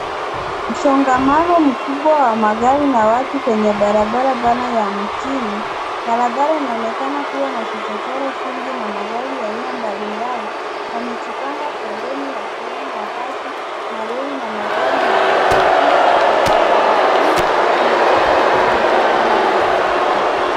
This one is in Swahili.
Msongamano mkubwa wa magari na watu kwenye barabara pana ya mjini. Barabara inaonekana kuwa na vichochoro vingi na magari ya aina mbalimbali yamejipanga foleni yakiwemo mabasi, malori na magari madogo. Upande wa kulia wa barabara, kuna watu wakitembea kando ya barabara.